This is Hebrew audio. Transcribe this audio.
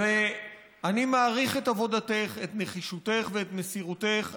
אני מעריך את עבודתך, את נחישותך ואת מסירותך.